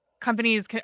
companies